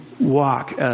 walk